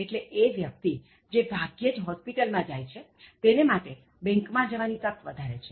એટલે એ વ્યક્તિ જે ભાગ્યે જ હોસ્પિટલ માં જાય છે તેને માટે બેંક માં જવાની તક વધારે છે